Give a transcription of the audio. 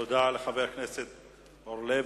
תודה לחבר הכנסת אורלב.